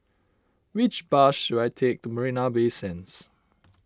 which bus should I take to Marina Bay Sands